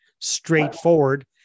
straightforward